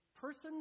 person